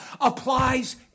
applies